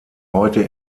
heute